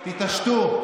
תתעשתו.